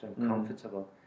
uncomfortable